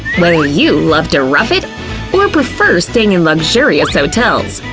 whether you love to rough it or prefer staying in luxurious hotels,